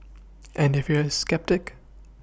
and if you're a sceptic